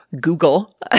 Google